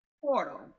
portal